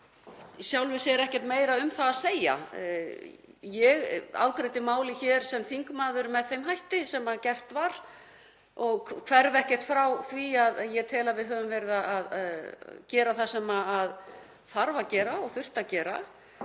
sjálfu sér ekkert meira um það að segja. Ég afgreiddi málið hér sem þingmaður með þeim hætti sem gert var og hverf ekkert frá því að ég tel að við höfum verið að gera það sem þarf að gera og þurfti að gera